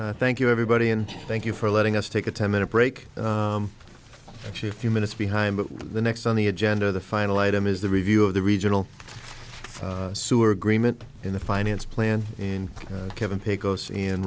for thank you everybody and thank you for letting us take a ten minute break actually a few minutes behind but the next on the agenda the final item is the review of the regional sewer agreement in the finance plan and kevin pecos and